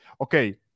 Okay